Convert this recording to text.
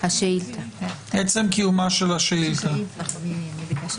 זה עצם קיומה של השאילתה, נכון?